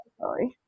sorry